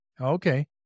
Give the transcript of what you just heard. Okay